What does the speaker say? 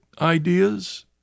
ideas